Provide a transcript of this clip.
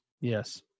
Yes